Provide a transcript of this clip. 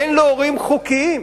אין לו הורים חוקיים,